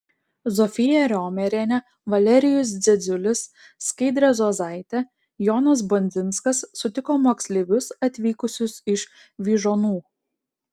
zofija riomerienė valerijus dzedziulis skaidrė zuozaitė jonas bondzinskas sutiko moksleivius atvykusius iš vyžuonų